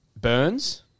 Burns